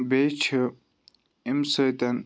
بیٚیہِ چھُ اَمہِ سۭتۍ